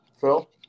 Phil